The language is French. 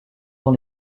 dans